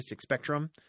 spectrum